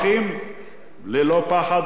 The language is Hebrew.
ללא פחד וללא היסוס.